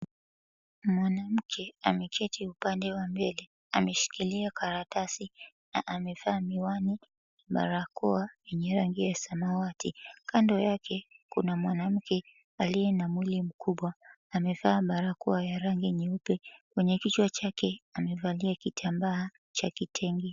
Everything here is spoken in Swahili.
Mwanamke ameketi upande wa mbele ameshikilia karatasi na amevaa miwani, barakoa yenye rangi ya samawati. Kando yake kuna mwanamke aliye na mwili mkubwa amevaa barakoa ya rangi nyeupe kwenye kichwa chake amevalia kitambaa cha kitenge.